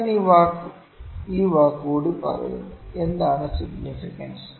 ഞാൻ ഈ വാക്ക് കൂടി പറയുന്നു എന്താണ് സിഗ്നിഫിക്കൻസ്